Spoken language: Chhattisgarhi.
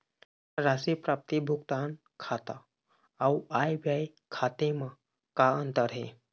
राशि प्राप्ति भुगतान खाता अऊ आय व्यय खाते म का अंतर हे?